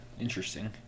interesting